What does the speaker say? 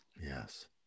Yes